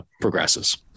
progresses